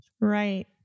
right